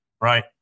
right